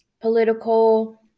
political